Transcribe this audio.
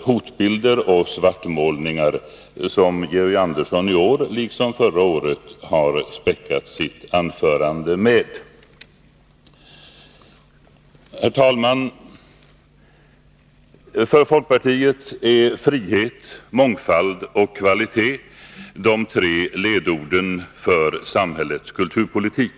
hotbilder och svartmålningar som Georg Andersson i år liksom förra året har späckat sitt anförande med. Herr talman! För folkpartiet är frihet, mångfald och kvalitet de tre ledorden för samhällets kulturpolitik.